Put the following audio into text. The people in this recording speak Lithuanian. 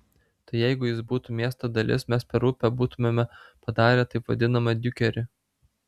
tai jeigu jis būtų miesto dalis mes per upę būtumėme padarę taip vadinamą diukerį